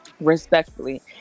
respectfully